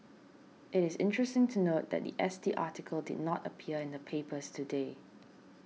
it is interesting to note that the S T article did not appear in the papers today